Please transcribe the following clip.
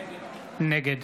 נגד